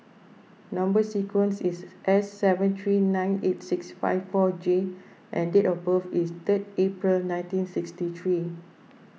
Number Sequence is S seven three nine eight six five four J and date of birth is third April nineteen sixty three